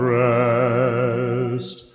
rest